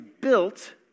built